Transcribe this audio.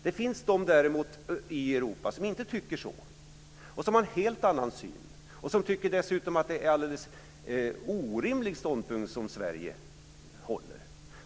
Det finns däremot de i Europa som inte tycker så, som har en helt annan syn och som dessutom tycker att det är en helt orimlig ståndpunkt som Sverige har.